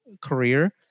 career